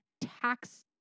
tax